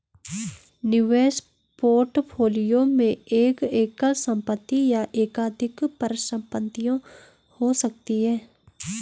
निवेश पोर्टफोलियो में एक एकल संपत्ति या एकाधिक परिसंपत्तियां हो सकती हैं